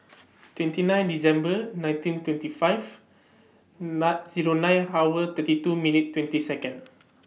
twenty nine December nineteen twenty five Zero nine hour thirty two minute twenty Second